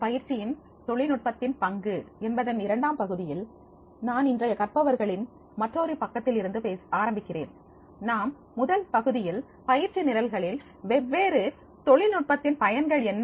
பயிற்சியின் தொழில்நுட்பத்தின் பங்கு என்பதன் இரண்டாம் பகுதியில் நான் இன்றைய கற்பவர்களின் மற்றொரு பக்கத்தில் இருந்து ஆரம்பிக்கிறேன் நாம் முதல் பகுதியில் பயிற்சி நிரல்களில் வெவ்வேறு தொழில்நுட்பத்தின் பயன்கள் என்ன